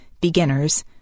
beginners